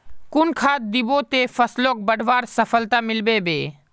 कुन खाद दिबो ते फसलोक बढ़वार सफलता मिलबे बे?